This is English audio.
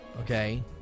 okay